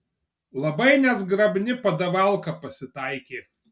labai nezgrabni padavalka pasitaikė